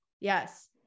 Yes